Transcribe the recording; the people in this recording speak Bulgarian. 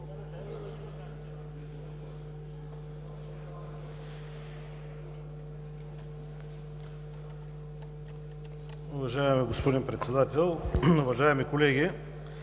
Уважаеми господин Председател, уважаеми колеги,